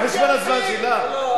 על חשבון הזמן שלה?